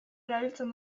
erabiltzen